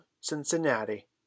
Cincinnati